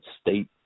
state